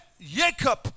Jacob